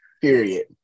period